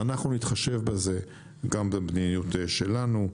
אנחנו נתחשב בזה גם במדיניות שלנו.